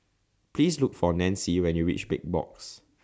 Please Look For Nancie when YOU REACH Big Box